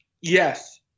yes